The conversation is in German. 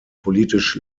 politisch